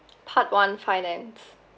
part one finance